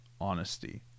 honesty